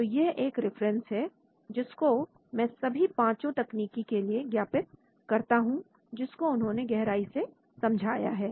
तो यह एक रिफरेंस है जिसको मैं सभी पांचों तकनीकी के लिए ज्ञापित करता हूं जिसको उन्होंने गहराई से समझाया है